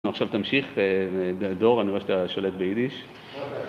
עכשיו תמשיך, דור האוניברסיטה שולט ביידיש